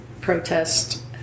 protest